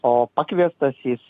o pakviestas jis